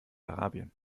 arabien